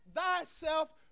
thyself